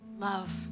love